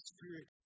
Spirit